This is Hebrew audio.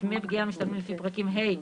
דמי פגיעה המשתלמים לפי פרקים ה',